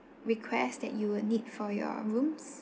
request that you would need for your rooms